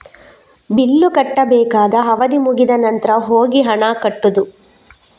bill ಕಟ್ಟಬೇಕಾದ ಅವಧಿ ಮುಗಿದ ನಂತ್ರ ಹೋಗಿ ಹಣ ಕಟ್ಟುದು